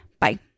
Bye